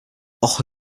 och